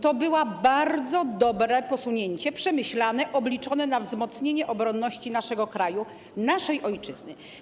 To było bardzo dobre posunięcie, przemyślane, obliczone na wzmocnienie obronności naszego kraju, naszej ojczyzny.